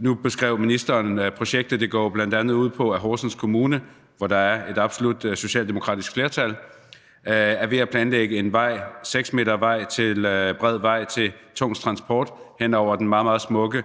Nu beskrev ministeren, at projektet bl.a. går ud på, at Horsens Kommune, hvor der er et absolut socialdemokratisk flertal, er ved at planlægge en 6 m bred vej til tung transport hen over den meget, meget smukke